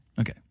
Okay